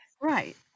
right